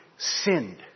sinned